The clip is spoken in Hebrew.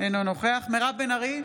אינו נוכח מירב בן ארי,